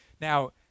now